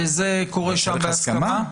וזה קורה שם בהסכמה?